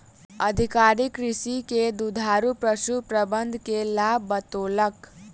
अधिकारी कृषक के दुधारू पशु प्रबंधन के लाभ बतौलक